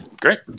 great